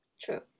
True